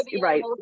right